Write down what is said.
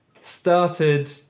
started